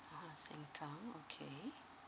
ah sengkang okay